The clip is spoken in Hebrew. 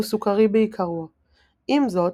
הוא סוכרי בעיקרו; עם זאת,